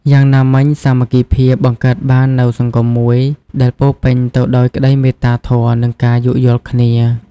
យ៉ាងណាមិញ សាមគ្គីភាពបង្កើតបាននូវសង្គមមួយដែលពោរពេញទៅដោយក្តីមេត្តាធម៌ និងការយោគយល់គ្នា។